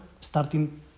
starting